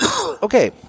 okay